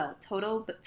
Total